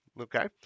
okay